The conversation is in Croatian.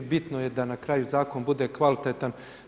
Bitno je da na kraju zakon bude kvalitetan.